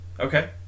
Okay